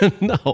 No